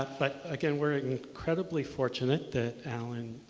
but but again we're incredibly fortunate that alan